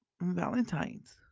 Valentine's